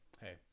Hey